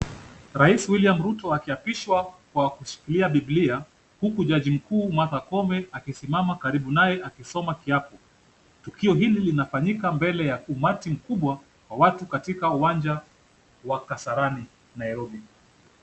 Rais William Ruto akiapishwa kwa kushikilia bibilia huku jaji mkuu Martha Koome akisimama karibu naye akisoma kiapo. Tukio hili linafanyika mbele ya umati mkubwa wa watu katika uwanja wa Kasarani Nairobi.